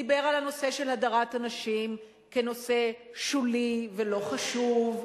דיבר על הנושא של הדרת נשים כנושא שולי ולא חשוב,